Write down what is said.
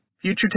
future